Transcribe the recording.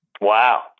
Wow